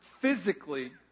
physically